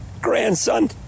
grandson